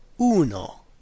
uno